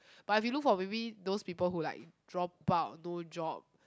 but if you look for maybe those people who like drop out no job